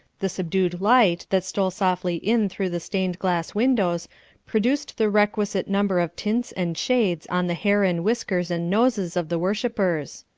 the subdued light that stole softly in through the stained-glass windows produced the requisite number of tints and shades on the hair and whiskers and noses of the worshippers.